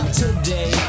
today